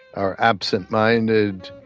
are absent minded,